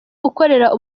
ukorera